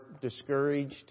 discouraged